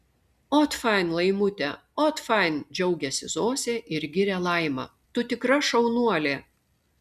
ot fain laimute ot fain džiaugiasi zosė ir giria laimą tu tikra šaunuolė